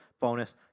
bonus